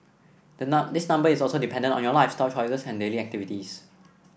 the this number is also dependent on your lifestyle choices and daily activities